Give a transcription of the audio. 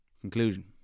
Conclusion